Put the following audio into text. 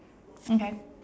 okay